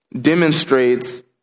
demonstrates